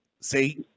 See